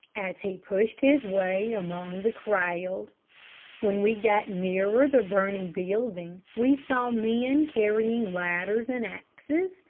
as he pushed his way among the crowd when we got nearer the burning building, we saw men carrying ladders and axes,